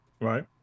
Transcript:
right